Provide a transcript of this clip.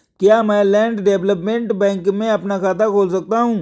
क्या मैं land development bank में अपना खाता खोल सकता हूँ?